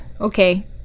Okay